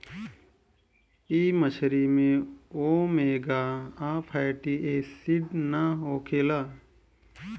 इ मछरी में ओमेगा आ फैटी एसिड ना होखेला